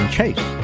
Chase